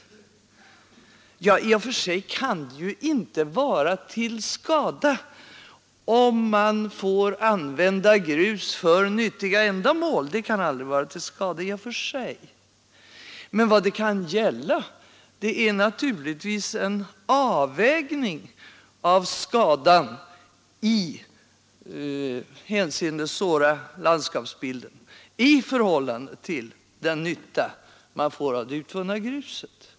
Att använda grus för nyttiga ändamål kan aldrig vara till skada i och för sig. Vad det kan gälla är naturligtvis en avvägning av skadan i hänseende att såra landskapsbilden i förhållande till den nytta man får av det utvunna gruset.